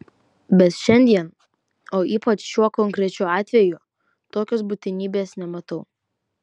bet šiandien o ypač šiuo konkrečiu atveju tokios būtinybės nematau